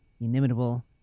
inimitable